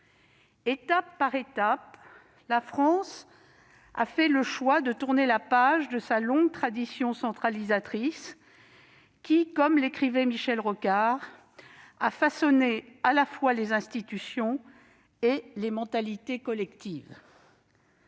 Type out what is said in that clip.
Étape après étape, la France a fait le choix de tourner la page de sa longue tradition centralisatrice, qui, comme l'écrivait Michel Rocard, « a façonné à la fois les institutions et les mentalités collectives